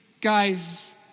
guys